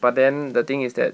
but then the thing is that